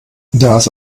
das